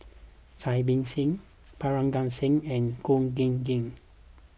Cai Bixia Parga Singh and Khor Ean Ghee